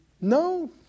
no